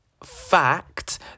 fact